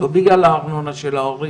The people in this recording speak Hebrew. לא בגלל הארנונה של ההורים,